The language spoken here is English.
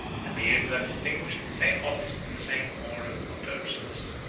appear to have distinguished the same office and the same order of persons.